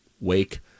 wake